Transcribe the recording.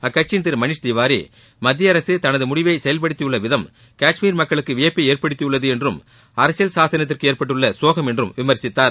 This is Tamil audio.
அக்கட்சியின் திரு மணிஷ் திவாரி மத்திய அரசு தனது முடிவை செயல்படுத்தியுள்ள விதம் கஷ்மீர் மக்களுக்கு வியப்பை ஏற்படுத்தியுள்ளது என்றும் அரசியல் சாசனத்திற்கு ஏற்பட்டுள்ள சோகம் என்றும் விமர்சித்தார்